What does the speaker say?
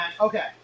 okay